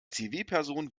zivilperson